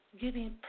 giving